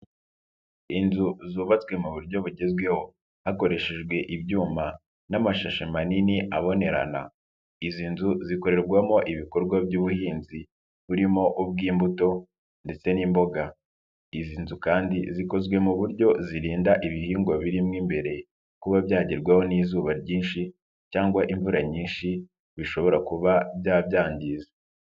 Inzu zubatswe mu buryo bugezweho, hakoreshejwe ibyuma n'amashashi manini abonerana, izi nzu zikorerwamo ibikorwa by'ubuhinzi burimo ubw'imbuto ndetse n'imboga, izi nzu kandi zikozwe mu buryo zirinda ibihingwa birimo imbere, kuba byagerwaho n'izuba ryinshi cyangwa imvura nyinshi bishobora kuba byabgiza.